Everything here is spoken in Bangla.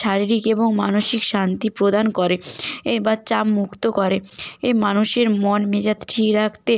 শারীরিক এবং মানসিক শান্তি প্রদান করে এই বা চাপ মুক্ত করে এই মানুষের মন মেজাজ ঠিক রাকতে